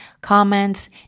comments